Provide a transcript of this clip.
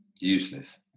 useless